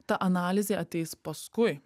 ta analizė ateis paskui